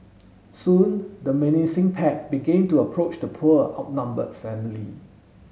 soon the menacing pack began to approach the poor outnumbered family